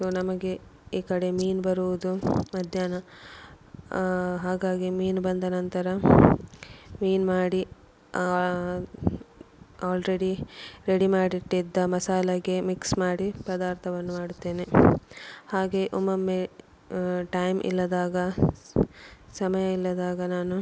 so ನಮಗೆ ಈ ಕಡೆ ಮೀನು ಬರುವುದು ಮಧ್ಯಾಹ್ನ ಹಾಗಾಗಿ ಮೀನು ಬಂದ ನಂತರ ಮೀನು ಮಾಡಿ ಆಲ್ರೆಡಿ ರೆಡಿ ಮಾಡಿಟ್ಟಿದ್ದ ಮಾಸಾಲೆಗೆ ಮಿಕ್ಸ್ ಮಾಡಿ ಪದಾರ್ಥವನ್ನು ಮಾಡುತ್ತೇನೆ ಹಾಗೆ ಒಮ್ಮೊಮ್ಮೆ ಟೈಮ್ ಇಲ್ಲದಾಗ ಸಮಯ ಇಲ್ಲದಾಗ ನಾನು